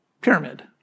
pyramid